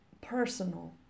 personal